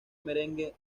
merengue